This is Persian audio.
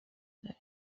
داریم